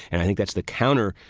and i think that's the counter.